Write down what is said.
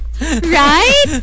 right